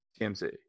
TMC